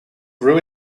grew